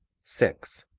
six.